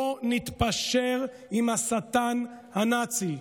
לא נתפשר עם השטן הנאצי.